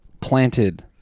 planted